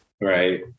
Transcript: right